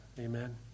Amen